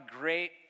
great